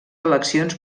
eleccions